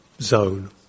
zone